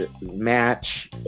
match